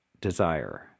desire